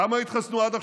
כמה התחסנו עד עכשיו?